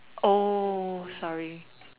oh sorry